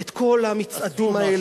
את כל המצעדים, עשו משהו.